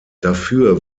dafür